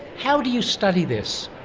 how do you study this?